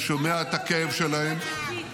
אני שומע את הכאב שלהם -- למה אתה לא נפגש עם הבת של קית'?